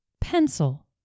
pencil